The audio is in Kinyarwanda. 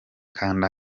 kanda